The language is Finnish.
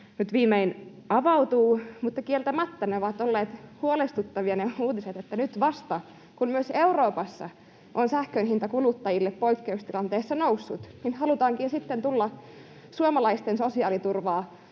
nyt viimein avautuu. Mutta kieltämättä ne uutiset ovat olleet huolestuttavia, että nyt, vasta kun myös Euroopassa on sähkön hinta kuluttajille poikkeustilanteessa noussut, halutaankin sitten tulla suomalaisten sosiaaliturvaa